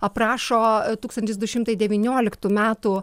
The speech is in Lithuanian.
aprašo tūkstantis du šimtai devynioliktų metų